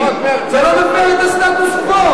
זה לא מפר את הסטטוס-קוו.